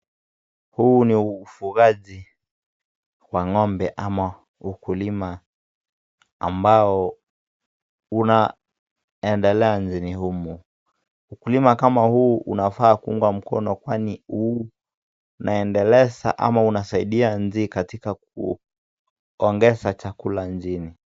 Huu ni ufungaji wa ng'ombe ama ukulima ambao unaendelea nchini humo. Ukulima kama huu unafaa kuungwa mkono kwani unaendeleza ama unasaidia nchi katika kuongeza chakula nchini.